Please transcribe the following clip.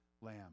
lamb